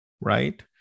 right